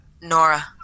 Nora